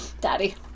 Daddy